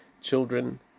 children